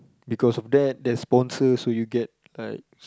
because of that there's sponsors so you get like